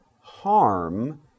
harm